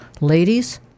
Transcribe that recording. Ladies